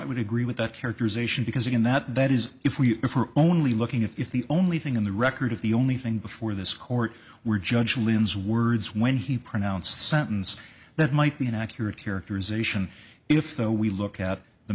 i would agree with that characterization because again that is if we were only looking if the only thing in the record of the only thing before this court were judge lynn's words when he pronounced sentence that might be an accurate characterization if though we look at the